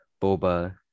Boba